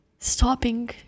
Stopping